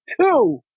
two